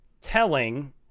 telling